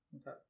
Okay